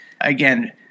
Again